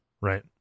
right